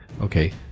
Okay